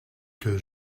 que